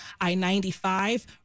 I-95